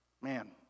Man